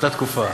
באותה תקופה.